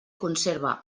conserva